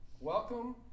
Welcome